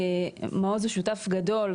מעוז הוא שותף גדול,